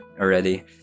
already